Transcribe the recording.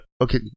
Okay